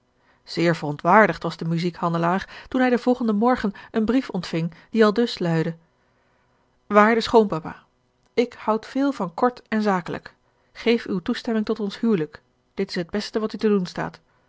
zeer verontwaardigd was de muziekhandelaar toen hij den volgenden morgen een brief ontving die aldus luidde waarde schoonpapa ik houd veel van kort en zakelijk geef uwe toestemming tot ons huwelijk dit is het beste wat u te doen staat